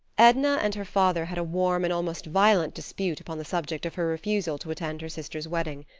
edna and her father had a warm, and almost violent dispute upon the subject of her refusal to attend her sister's wedding.